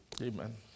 Amen